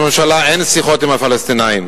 אין שיחות עם הפלסטינים.